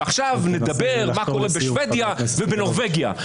ועכשיו נדבר מה קורה בשבדיה ובנורבגיה.